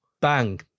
Bang